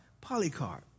Polycarp